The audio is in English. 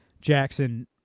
Jackson